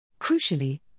Crucially